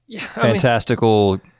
fantastical